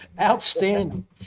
Outstanding